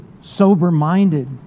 sober-minded